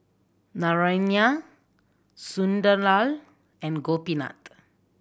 Naraina Sunderlal and Gopinath